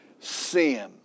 Sin